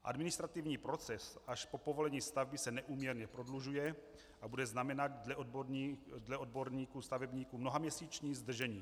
Administrativní proces až po povolení stavby se neúměrně prodlužuje, bude znamenat dle odborníků stavebníků mnohaměsíční zdržení.